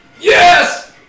yes